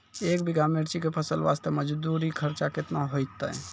एक बीघा मिर्ची के फसल वास्ते मजदूरी खर्चा केतना होइते?